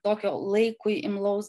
tokio laikui imlaus